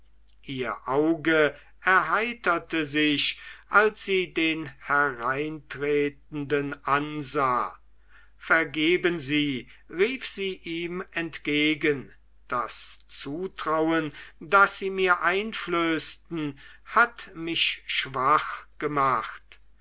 ihr auge erheiterte sich als sie den hereintretenden ansah vergeben sie rief sie ihm entgegen das zutrauen das sie mir einflößten hat mich schwach gemacht